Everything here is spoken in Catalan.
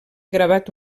gravat